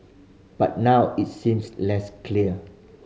but now it seems less clear